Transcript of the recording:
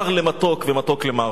מר למתוק ומתוק למר.